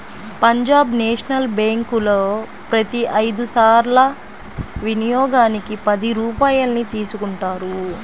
Punjab national బ్యేంకులో ప్రతి ఐదు సార్ల వినియోగానికి పది రూపాయల్ని తీసుకుంటారు